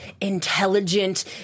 intelligent